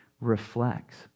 reflects